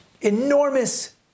enormous